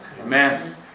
Amen